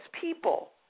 people